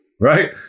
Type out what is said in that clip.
right